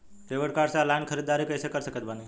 Debit card से online ख़रीदारी कैसे कर सकत बानी?